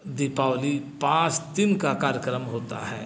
दीपावली पाँच दिन का कार्यक्रम होता है